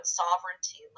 sovereignty